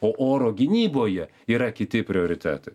o oro gynyboje yra kiti prioritetai